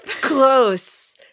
Close